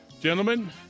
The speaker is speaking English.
Gentlemen